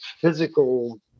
physical